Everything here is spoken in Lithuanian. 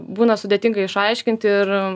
būna sudėtinga išaiškinti ir